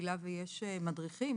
בקהילה ויש מדריכים,